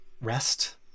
rest